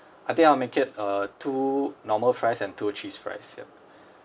I think I'll make it uh two normal fries and two cheese fries yup